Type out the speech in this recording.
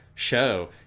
show